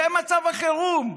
זה מצב החירום.